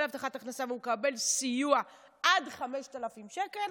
הבטחת הכנסה והוא מקבל סיוע עד 5,000 שקל,